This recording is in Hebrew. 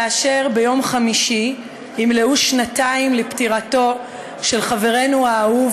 כאשר ביום חמישי ימלאו שנתיים לפטירתו של חברנו האהוב,